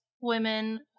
women